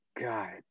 God